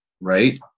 right